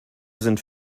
sind